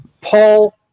Paul